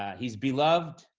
he's beloved.